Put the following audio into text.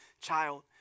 child